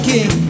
King